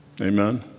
Amen